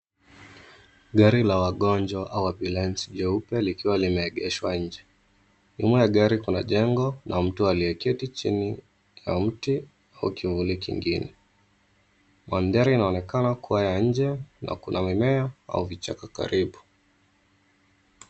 Gari la wagonjwa au ambulance jeupe likiwa limeegeshwa nje. Nyuma ya gari kuna jengo na mtu aliyeketi chini ya mti au kivuli kingine. Mandhari inaonekana kuwa ya nje na kuna mimea au vichaka karibu.